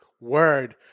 word